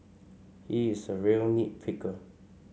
he is a real nit picker